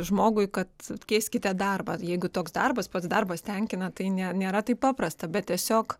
žmogui kad keiskite darbą jeigu toks darbas pats darbas tenkina tai ne nėra taip paprasta bet tiesiog